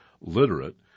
literate